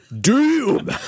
doom